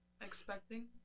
Expecting